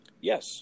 Yes